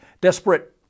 desperate